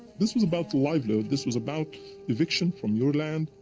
this was about the livelihood, this was about eviction from your land,